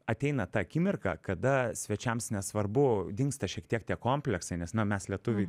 ateina ta akimirka kada svečiams nesvarbu dingsta šiek tiek tie kompleksai nes na mes lietuviai